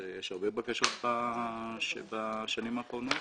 יש הרבה בקשות בשנים האחרונות.